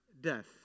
death